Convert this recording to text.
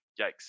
yikes